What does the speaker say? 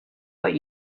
what